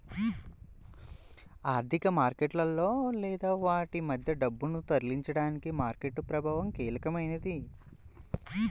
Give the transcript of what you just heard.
ఆర్థిక మార్కెట్లలో లేదా వాటి మధ్య డబ్బును తరలించడానికి మార్కెట్ ప్రభావం కీలకమైనది